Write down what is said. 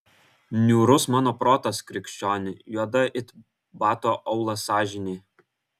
niūrus mano protas krikščioni juoda it bato aulas sąžinė